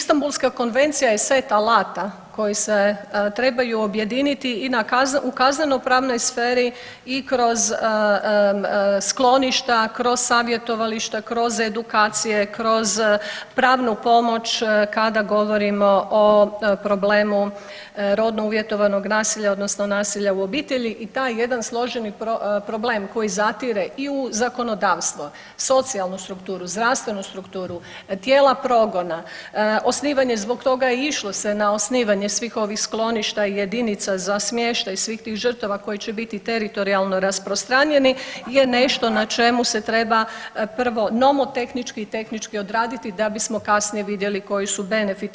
Istambulska konvencija je set alata koji se trebaju objediniti i u kazneno pravnoj sferi i kroz skloništa, kroz savjetovališta, kroz edukacije, kroz pravnu pomoć kada govorimo o problemu rodno uvjetovanog nasilja odnosno nasilja u obitelji i taj jedan složeni problem koji zatire i u zakonodavstvo, socijalnu strukturu, zdravstvenu strukturu, tijela progona, osnivanje, zbog toga i išlo se na osnivanje svih ovih skloništa i jedinica za smještaj svih tih žrtava koje će biti teritorijalno rasprostranjeni je nešto na čemu se treba prvo nomotehnički i tehnički odraditi da bismo kasnije vidjeti koji su benefiti.